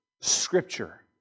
Scripture